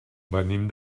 venim